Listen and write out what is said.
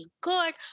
good